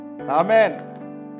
amen